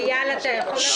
איל, אתה יכול להסביר?